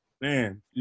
man